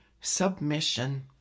submission